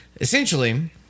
essentially